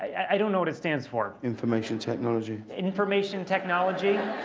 i don't know what it stands for. information technology. information technology.